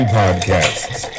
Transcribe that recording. podcasts